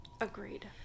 Agreed